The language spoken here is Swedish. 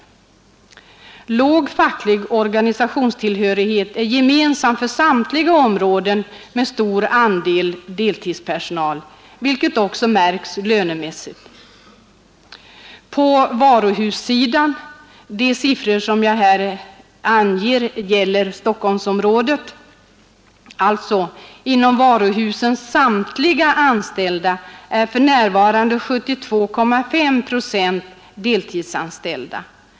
Låg facklig organisationstillhörighet är gemensam för samtliga områden med stor andel deltidspersonal, vilket också märks lönemässigt. Av varuhussidans samtliga anställda — de siffror jag anger gäller Stockholmsområdet — är för närvarande 72,5 procent deltidsanställda.